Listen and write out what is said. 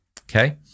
Okay